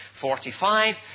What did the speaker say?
45